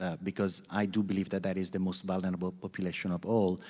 ah because i do believe that that is the most vulnerable population of all.